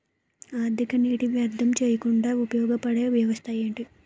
అధిక నీటినీ వ్యర్థం చేయకుండా ఉపయోగ పడే వ్యవస్థ ఏంటి